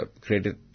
created